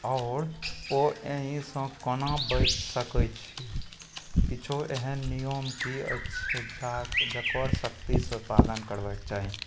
आओर ओ एहिसँ कोना बचि सकैत छै किछु एहन नियम कि अछि सुधारके जकर सख्तीसे पालन करबाक चाही